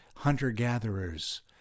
hunter-gatherers